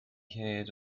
head